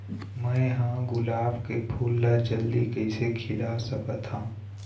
मैं ह गुलाब के फूल ला जल्दी कइसे खिला सकथ हा?